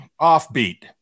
offbeat